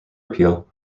appeal